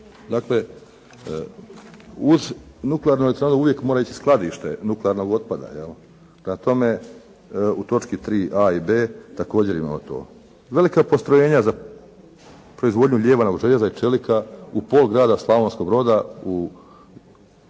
Dakle uz nuklearnu elektranu uvijek mora ići i skladište nuklearnog otpada. Prema tome u točki 3. a) i b) također imamo to. Velika postrojenja za proizvodnju lijevanog željeza i čelika u pol grada Slavonskog Broda u